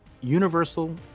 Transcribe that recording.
universal